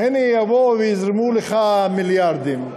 והן יבואו ויזרמו לך מיליארדים.